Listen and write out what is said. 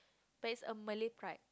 base on Malay pride